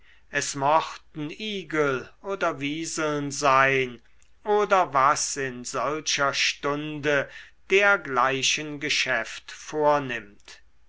es mochten igel oder wieseln sein oder was in solcher stunde dergleichen geschäft vornimmt